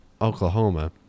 Oklahoma